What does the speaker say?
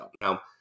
Now